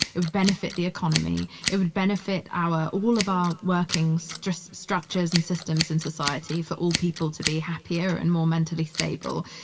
it would benefit the economy. it would benefit our, all of our working structures structures and systems in society for all people to be happier and more mentally stable.